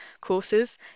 courses